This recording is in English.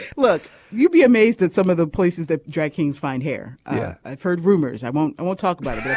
look you'll be amazed at some of the places that drag kings find hair. yeah i've heard rumors. i won't i won't talk about